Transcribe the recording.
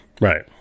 right